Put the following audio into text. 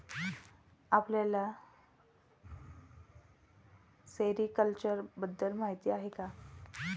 आपल्याला सेरीकल्चर बद्दल माहीती आहे का?